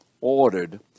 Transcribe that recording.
ordered